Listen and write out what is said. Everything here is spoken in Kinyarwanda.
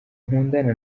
nkundana